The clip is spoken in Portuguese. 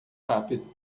rápido